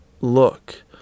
look